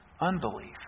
unbelief